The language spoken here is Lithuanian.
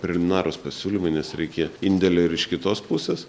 preliminarūs pasiūlymai nes reikia indėlio ir iš kitos pusės